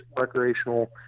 recreational